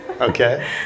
Okay